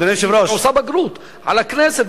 היא עושה בגרות על הכנסת,